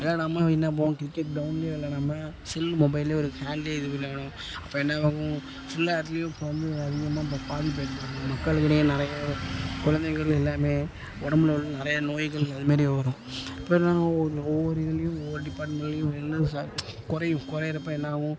விளாடாம என்ன பண்ணுவோம் கிரிக்கெட் க்ரௌண்டுலேயே விளாடாம செல் மொபைல்லேயோ ஒரு ஹாண்ட்லேயே இது பண்ணி விளாடுவாங்க அப்போ என்னாகும் ஃபுல்லாக அதுலேயும் இப்போ வந்து அதிகமாக இப்போ பாதிப்பை ஏற்படுத்தும் மக்களுக்குன்னே நிறைய கொழந்தைங்கள் எல்லாமே உடம்புல வந்து நிறைய நோய்கள் அது மாதிரி வரும் இப்போல்லாம் ஒவ்வொரு ஒவ்வொரு இதுலேயும் ஒவ்வொரு டிப்பார்ட்மெண்ட்லேயும் எல்லா ச குறையும் குறையறப்ப என்னாகும்